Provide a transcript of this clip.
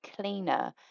cleaner